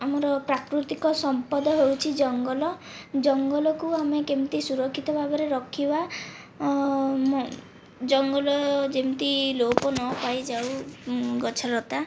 ଆମର ପ୍ରାକୃତିକ ସମ୍ପଦ ହେଉଛି ଜଙ୍ଗଲ ଜଙ୍ଗଲକୁ ଆମେ କେମିତି ସୁରକ୍ଷିତ ଭାବରେ ରଖିବା ଜଙ୍ଗଲ ଯେମିତି ଲୋପ ନ ପାଇ ଯାଉ ଗଛଲତା